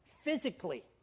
physically